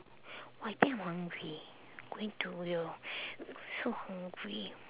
!wah! I think I'm hungry going to yawn so hungry